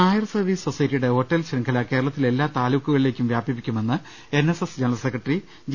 Nair service സൊസൈറ്റിയുടെ hotel ശൃംഖല കേരളത്തിലെ എല്ലാ താലൂക്കുകളിലേക്കും വ്യാപിപ്പിക്കുമെന്ന് N S S general secretary G